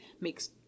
makes